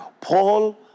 Paul